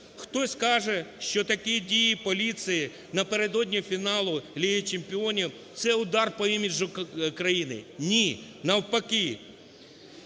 Хтось скаже, що такі дії поліції напередодні фіналу Ліги чемпіонів – це удар по іміджу країни. Ні! Навпаки,